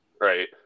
Right